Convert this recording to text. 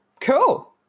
Cool